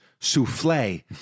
souffle